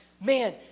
man